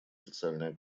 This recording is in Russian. социальная